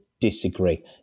Disagree